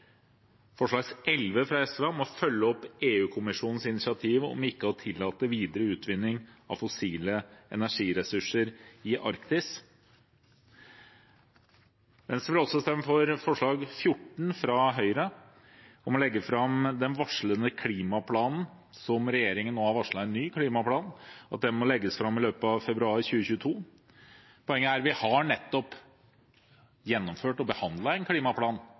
forslag nr. 11, fra SV, om å følge opp EU-kommisjonens initiativ om ikke å tillate videre utvinning av fossile energiressurser i Arktis. Venstre vil stemme for forslag nr. 14, fra Høyre, om å legge fram den varslede klimaplanen – regjeringen har nå varslet en ny klimaplan – i løpet av februar 2022. Poenget er at vi nettopp har gjennomført og behandlet en klimaplan